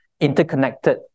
interconnected